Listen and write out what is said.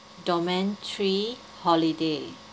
doorman three holiday